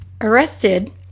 arrested